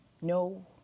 no